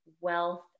wealth